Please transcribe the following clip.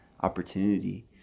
opportunity